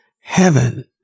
Heaven